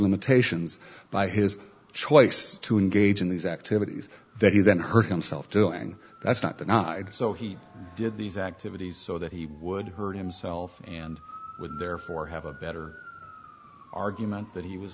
limitations by his choice to engage in these activities that he then hurt himself doing that's not the not so he did these activities so that he would hurt himself and therefore have a better argument that he was